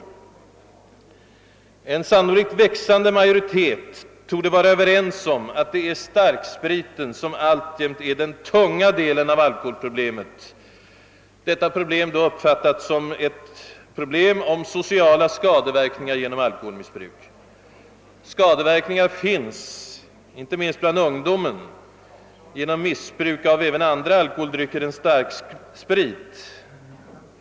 En sannolikt växande majoritet torde vara överens om att det är starkspriten som alltjämt är den tunga delen av alkoholproblemet — detta då uppfattat som ett problem om sociala :skadeverkningar på grund av alkoholmissbruk. Skadeverkningar upp kommer, inte minst bland ungdomen, genom missbruk av även andra alkoholdrycker än starksprit.